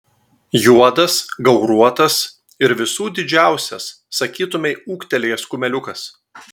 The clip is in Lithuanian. juodas gauruotas ir visų didžiausias sakytumei ūgtelėjęs kumeliukas